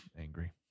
Angry